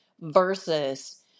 versus